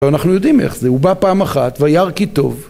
אנחנו יודעים איך זה, הוא בא פעם אחת וירא כי טוב